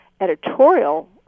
editorial